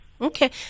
Okay